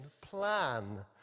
plan